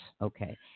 Okay